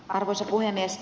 arvoisa puhemies